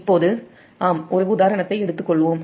இப்போது ஒரு உதாரணத்தை எடுத்துக் கொள்வோம்